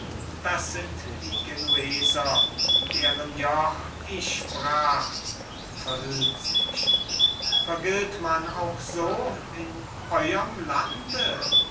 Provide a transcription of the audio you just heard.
das sind die genueser deren joch ich brach verhüllt sich vergilt man auch so in euerm lande